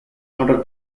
order